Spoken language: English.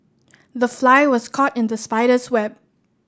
the fly was caught in the spider's web